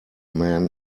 man